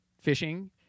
fishing